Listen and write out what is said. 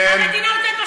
כן.